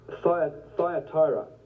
Thyatira